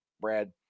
Brad